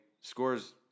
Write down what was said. scores